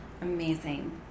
amazing